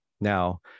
now